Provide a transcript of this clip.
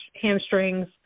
hamstrings